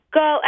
go